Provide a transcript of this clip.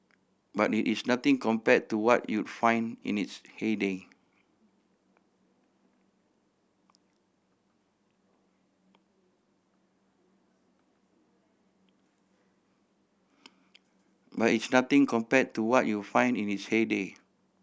but it is nothing compare to what you find in its heyday but it's nothing compare to what you find in its heyday